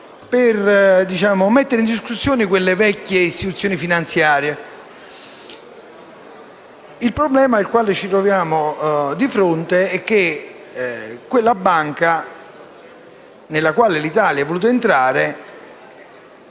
per mettere in discussione quelle vecchie istituzioni finanziarie. Il problema che ci troviamo di fronte è che in questa Banca, nella quale l'Italia è voluta entrare,